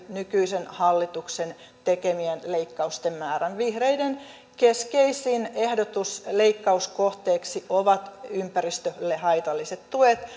nykyisen hallituksen tekemien leikkausten määrän vihreiden keskeisin ehdotus leikkauskohteeksi ovat ympäristölle haitalliset tuet